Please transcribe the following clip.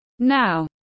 Now